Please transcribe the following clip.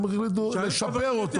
הם החליטו לשפר אותו